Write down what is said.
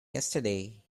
yesterday